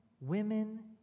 women